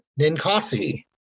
Ninkasi